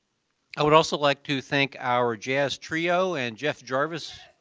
i would also like to thank our jazz trio and jeff jarvis.